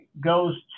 goes